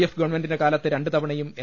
F ഗവൺമെന്റെിന്റെ കാലത്ത് രണ്ട്തവണയും എൽ